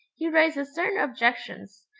he raises certain objections,